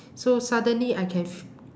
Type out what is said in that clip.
so suddenly I can f~